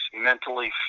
mentally